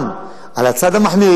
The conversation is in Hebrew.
גם על הצד המחמיר,